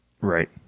Right